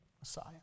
Messiah